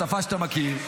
בשפה שאתה מכיר,